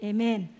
Amen